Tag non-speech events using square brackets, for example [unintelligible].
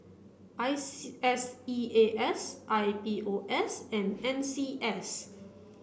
I [unintelligible] S E A S I P O S and N C S